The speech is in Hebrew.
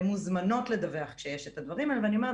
הן מוזמנות לדווח כשיש את הדברים האלה ואני אומרת,